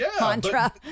mantra